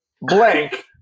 blank